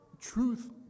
truth